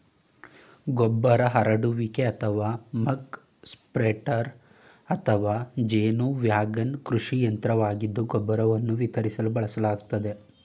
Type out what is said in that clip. ಗೊಬ್ಬರ ಹರಡುವಿಕೆ ಅಥವಾ ಮಕ್ ಸ್ಪ್ರೆಡರ್ ಅಥವಾ ಜೇನು ವ್ಯಾಗನ್ ಕೃಷಿ ಯಂತ್ರವಾಗಿದ್ದು ಗೊಬ್ಬರವನ್ನು ವಿತರಿಸಲು ಬಳಸಲಾಗ್ತದೆ